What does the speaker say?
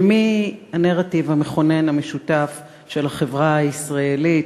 של מי הנרטיב המכונן המשותף של החברה הישראלית,